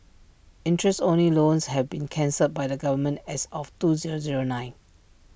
interest only loans have been cancelled by the government as of two zero zero nine